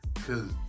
Cause